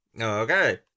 Okay